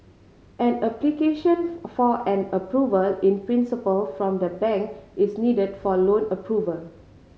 an application for an Approval in Principle from the bank is needed for loan approval